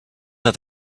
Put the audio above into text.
have